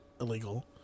illegal